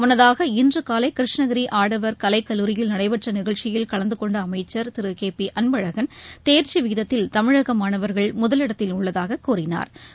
முன்னதாக இன்றுகாலை கிருஷ்ணகிரி ஆடவர் கலைக்கல்லூரியில் நடைபெற்ற நிகழ்ச்சியில் கலந்தகொண்ட அமைச்சா் திரு கே பி அன்பழகன் தோ்ச்சி விகிதத்தில் தமிழக மாணவா்கள் முதலிடத்தில் உள்ளதாகக் கூறினா்